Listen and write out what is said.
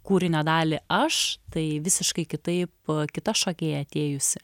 kūrinio dalį aš tai visiškai kitaip kita šokėja atėjusi